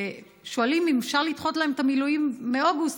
ששואלים אם אפשר לדחות להם את המילואים מאוגוסט,